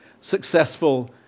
successful